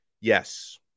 Yes